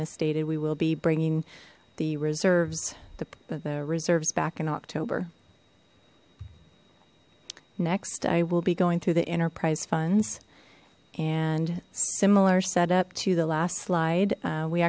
nema stated we will be bringing the reserves the the reserves back in october next i will be going through the enterprise funds and similar set up to the last slide